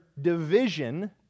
division